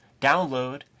download